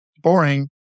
boring